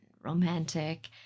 romantic